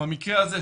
במקרה הזה,